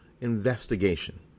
investigation